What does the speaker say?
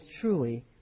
truly